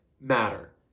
matter